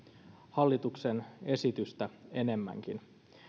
hallituksen esitystä enemmänkin